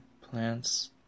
plants